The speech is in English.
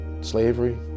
slavery